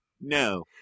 no